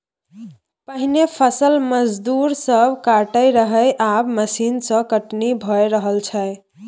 पहिने फसल मजदूर सब काटय रहय आब मशीन सँ कटनी भए रहल छै